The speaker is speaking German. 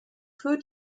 für